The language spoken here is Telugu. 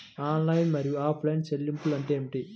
ఆన్లైన్ మరియు ఆఫ్లైన్ చెల్లింపులు అంటే ఏమిటి?